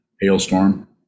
hailstorm